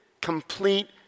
complete